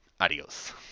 adios